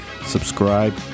subscribe